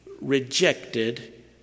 rejected